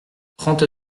trente